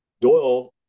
doyle